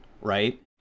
right